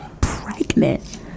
pregnant